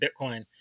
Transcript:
Bitcoin